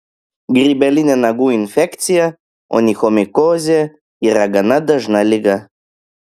grybelinė nagų infekcija onichomikozė yra gana dažna liga